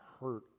hurt